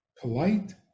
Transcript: Polite